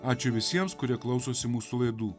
ačiū visiems kurie klausosi mūsų laidų